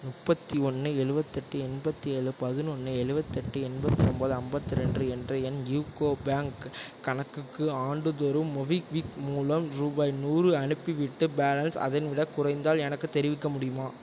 முப்பத்தி ஒன்று எழுவத்தெட்டு எண்பத்தி ஏழு பதினொன்று எழுவத்தெட்டு எண்பத்தொன்பது ஐம்பத்தி ரெண்டு என்ற என் யூகோ பேங்க் கணக்குக்கு ஆண்டுதோறும் மோபிக்விக் மூலம் ரூபாய் நூறு அனுப்பிவிட்டு பேலன்ஸ் அதைவிடக் குறைந்தால் எனக்குத் தெரிவிக்க முடியுமா